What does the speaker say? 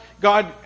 God